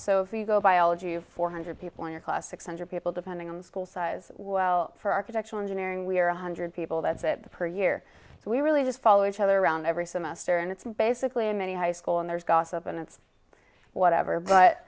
go biology four hundred people in your class six hundred people depending on the school size well for architectural engineering we are one hundred people that's it per year so we really just follow each other around every semester and it's basically a many high school and there's gossip and it's whatever but